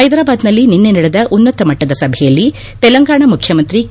ಪೈದಾಬಾದ್ನಲ್ಲಿ ನಿನ್ನೆ ನಡೆದ ಉನ್ನತ ಮಟ್ಟದ ಸಭೆಯಲ್ಲಿ ತೆಲಂಗಾಣ ಮುಖ್ಯಮಂತ್ರಿ ಕೆ